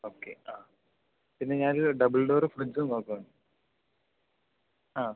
okay ആ പിന്നെ ഞാൻ ഒരു ഡബിൾ ഡോർ ഫ്രിഡ്ജും നോക്കുന്നുണ്ട് ആ